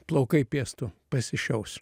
plaukai piestu pasišiauš